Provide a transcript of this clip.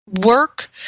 work